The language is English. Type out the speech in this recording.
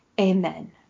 amen